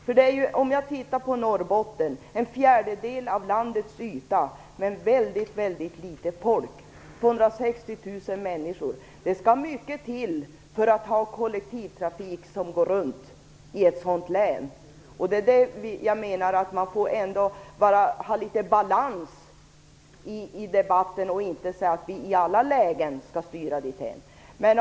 Jag tänker t.ex. på Norrbotten, ett område som upptar en fjärdedel av landets yta men som har väldigt litet folk, 260 000 människor. Det skall mycket till för att få kollektivtrafiken att gå runt i ett sådant län. Man får ha litet balans i debatten och inte säga att vi i alla lägen skall styra dithän.